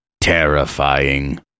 terrifying